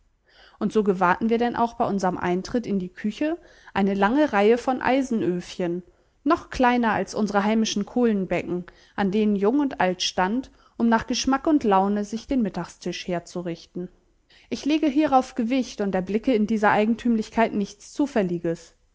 und so gewahrten wir denn auch bei unserm eintritt in die küche eine lange reihe von eisenöfchen noch kleiner als unsere heimischen kohlenbecken an denen jung und alt stand um nach geschmack und laune sich den mittagstisch herzurichten ich lege hierauf gewicht und erblicke in dieser eigentümlichkeit nichts zufälliges